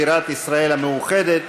בירת ישראל המאוחדת,